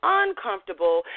uncomfortable